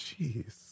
Jeez